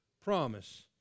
promise